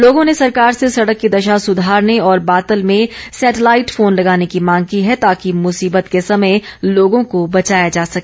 लोगों ने सरकार से सड़क की दशा सुधारने और बातल में सैटेलाइट फोन लगाने की मांग की है ताकि मुसीबत के समय लोगों को बचाया जा सके